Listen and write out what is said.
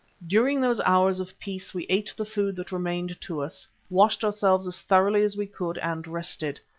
during those hours of peace we ate the food that remained to us, washed ourselves as thoroughly as we could and rested.